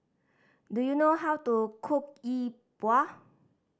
do you know how to cook Yi Bua